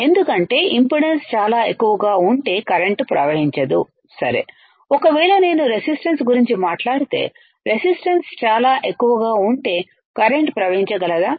ఎందుకంటే ఇంపిడెన్స్ చాలా ఎక్కువగా ఉంటే కరెంట్ ప్రవహించదు సరే ఒకవేళ నేను రెసిస్టన్స్ గురించి మాట్లాడితే రెసిస్టన్స్ చాలా ఎక్కువగా ఉంటే కరెంట్ ప్రవహించ గలదా